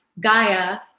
Gaia